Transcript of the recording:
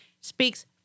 speaks